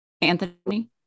Anthony